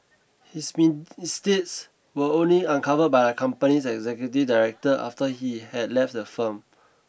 his mean misdeeds were only uncovered by the company's executive director after he had left the firm